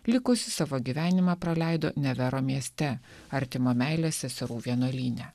likusį savo gyvenimą praleido nevero mieste artimo meilės seserų vienuolyne